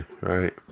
right